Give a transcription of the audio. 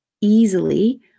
easily